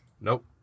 Nope